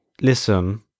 listen